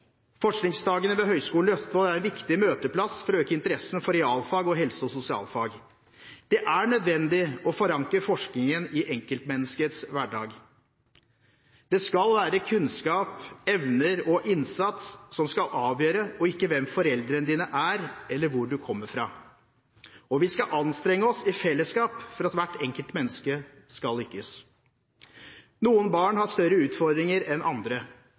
Forskningsdagene ved Høgskolen i Østfold er en viktig møteplass for å øke interessen for realfag og helse- og sosialfag. Det er nødvendig å forankre forskningen i enkeltmenneskets hverdag. Det skal være kunnskap, evner og innsats som skal avgjøre, ikke hvem foreldrene dine er, eller hvor du kommer fra. Og vi skal anstrenge oss i fellesskap for at hvert enkelt menneske skal lykkes. Noen barn har større utfordringer enn andre.